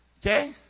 Okay